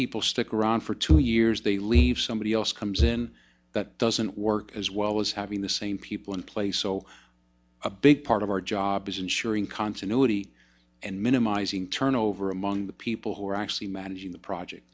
people stick around for two years they leave somebody else comes in that doesn't work as well as having the same people in place so a big part of our job is ensuring continuity and minimizing turnover among the people who are actually managing the project